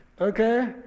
okay